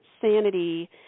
sanity